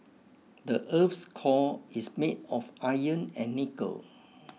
the earth's core is made of iron and nickel